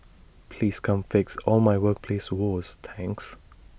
please come fix all my workplace woes thanks